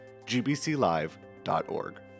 gbclive.org